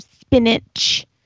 spinach